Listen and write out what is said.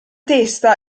testa